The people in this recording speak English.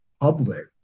public